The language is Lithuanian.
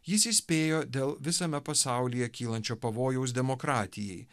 jis įspėjo dėl visame pasaulyje kylančio pavojaus demokratijai